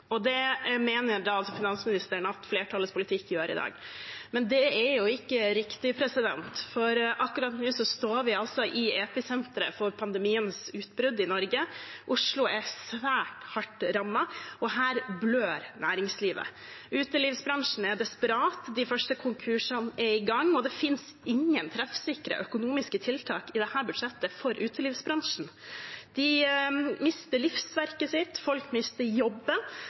og smitteutviklingen. Det mener da altså finansministeren at flertallets politikk gjør i dag. Men det er jo ikke riktig, for akkurat nå står vi i episenteret for pandemiens utbrudd i Norge. Oslo er svært hardt rammet, og her blør næringslivet. Utelivsbransjen er desperat, de første konkursene er i gang, og i dette budsjettet finnes det ingen treffsikre økonomiske tiltak for utelivsbransjen. De mister livsverket sitt, folk mister